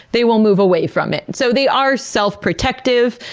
they will move away from it. so they are self-protective,